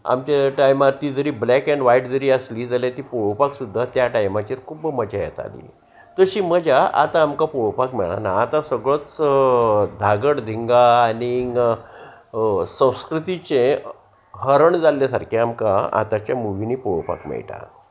आमच्या टायमार ती जरी ब्लॅक एड व्हायट जरी आसली जाल्यार ती पळोवपाक सुद्दा त्या टायमाचेर खूब मजा येताली तशी मजा आतां आमकां पळोपाक मेळना आतां सगळोच धागड धिंगा आनीक संस्कृतीचें हरण जाल्ले सारकें आमकां आतांच्या मुवीनी पळोवपाक मेळटा